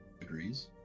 agrees